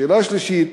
השאלה השלישית,